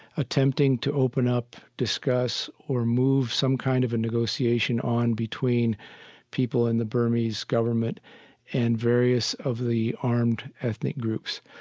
attempting to open up, discuss, or move some kind of a negotiation on between people in the burmese government and various of the armed ethnic groups.